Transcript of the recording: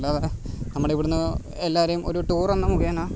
അല്ലാതെ നമ്മുടെ ഇവിടുന്ന് എല്ലാവരെയും ഒരു ടൂർ എന്ന മുഖേന